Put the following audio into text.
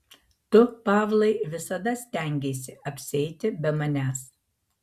tu pavlai visada stengeisi apsieiti be manęs